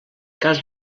cas